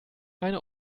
eine